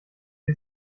sie